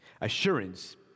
Assurance